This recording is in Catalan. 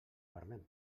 parlem